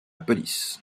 police